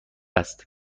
است